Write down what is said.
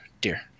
dear